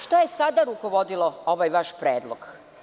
Šta je sada rukovodilo ovaj vaš predlog?